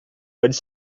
pode